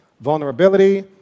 vulnerability